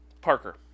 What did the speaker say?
Parker